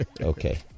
Okay